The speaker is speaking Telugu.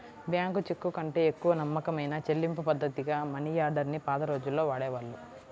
బ్యాంకు చెక్కుకంటే ఎక్కువ నమ్మకమైన చెల్లింపుపద్ధతిగా మనియార్డర్ ని పాత రోజుల్లో వాడేవాళ్ళు